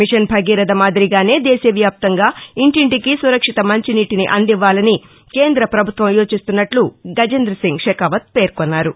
machine Bhagiratha మాదిరిగానే దేశవ్యాప్తంగా ఇంటింటికి సురక్షిత మంచినీటిని అందివ్వాలని కేంద్ర ప్రపభుత్వం యోచిస్తున్నట్టు గజేంద్రసింగ్ షెకావత్ పేర్కొన్నారు